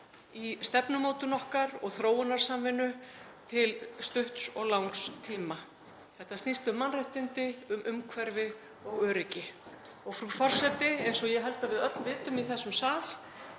í stefnumótun okkar og þróunarsamvinnu til stutts og langs tíma. Þetta snýst um mannréttindi, um umhverfi og öryggi og, frú forseti, eins og ég held að við öll vitum í þessum sal,